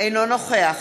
אינו נוכח